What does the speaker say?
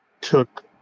took